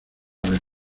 vez